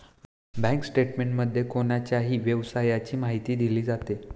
bank स्टेटमेंटमध्ये कोणाच्याही व्यवहाराची माहिती दिली जाते